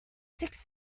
six